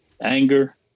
anger